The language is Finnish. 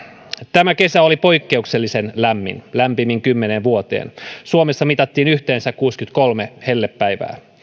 tämä kesä oli poikkeuksellisen lämmin lämpimin kymmeneen vuoteen suomessa mitattiin yhteensä kuusikymmentäkolme hellepäivää